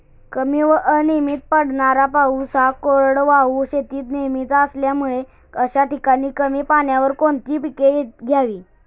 कमी व अनियमित पडणारा पाऊस हा कोरडवाहू शेतीत नेहमीचा असल्यामुळे अशा ठिकाणी कमी पाण्यावर कोणती पिके घ्यावी?